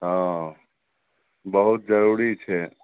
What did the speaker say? हँ बहुत जरूरी छै